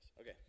Okay